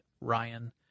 Ryan